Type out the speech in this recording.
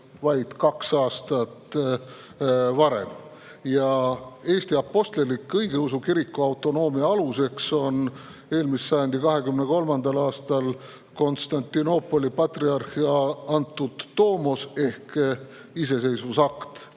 vaid kaks aastat varem. Eesti Apostlik-Õigeusu Kiriku autonoomia aluseks on eelmise sajandi 23. aastal Konstantinoopoli patriarhi antud tomos ehk iseseisvusakt.